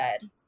good